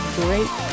great